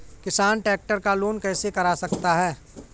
किसान ट्रैक्टर का लोन कैसे करा सकता है?